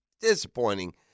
disappointing